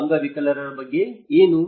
ಅಂಗವಿಕಲರ ಬಗ್ಗೆ ಏನು